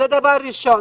זה דבר ראשון.